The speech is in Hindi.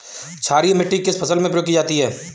क्षारीय मिट्टी किस फसल में प्रयोग की जाती है?